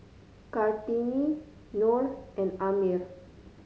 Kartini Nor and Ammir